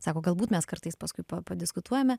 sako galbūt mes kartais paskui pa padiskutuojame